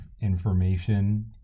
information